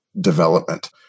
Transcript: development